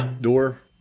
door